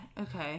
Okay